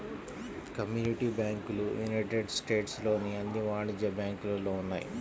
community బ్యాంకులు United States లోని అన్ని వాణిజ్య బ్యాంకులలో ఉన్నాయి